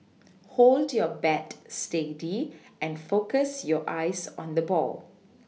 hold your bat steady and focus your eyes on the ball